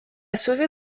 sauzet